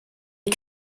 est